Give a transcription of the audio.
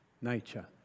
nature